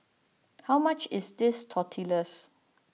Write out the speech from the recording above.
how much is this Tortillas